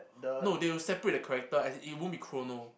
no they will separate the character as in it won't be chrono